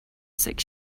six